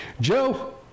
Joe